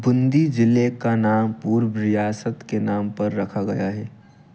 बूंदी ज़िले का नाम पूर्व रियासत के नाम पर रखा गया है